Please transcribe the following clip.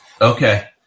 Okay